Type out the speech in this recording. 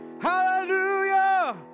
hallelujah